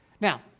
Now